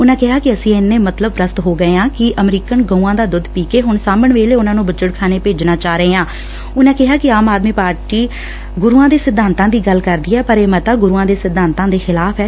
ਉਨੂਾ ਕਿਹਾ ਕਿ ਅਸੀ ਇੰਨੇ ਮਤਲਬ ਪ੍ਸਤ ਹੋ ਗਏ ਆਂ ਕਿ ਅਮਰੀਕਨ ਗਊਆਂ ਦਾ ਦੁੱਧ ਪੀ ਕੇ ਹੁਣ ਸਾਂਭਣ ਵੇਲੇ ਉਨਾਂ ਨੂੰ ਬੁੱਚੜਖਾਨੇ ਭੇਜਣਾ ਚਾਹ ਰਹੇ ਹਾਂ ਉਨਾਂ ਕਿਹਾ ਕਿ ਆਮ ਆਦਮੀ ਪਾਰਟੀ ਗੁਰੁਆਂ ਦੇ ਸਿਧਾਂਤਾਂ ਦੀ ਗੱਲ ਕਰਦੀ ਐ ਪਰ ਇਹ ਮਤਾ ਗੁਰੂਆਂ ਦੇ ਸਿਧਾਂਤਾਂ ਦੇ ਖਿਲਾਫ਼ ਐ